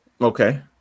Okay